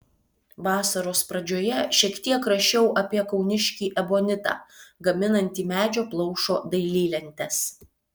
vasaros pradžioje šiek tiek rašiau apie kauniškį ebonitą gaminantį medžio plaušo dailylentes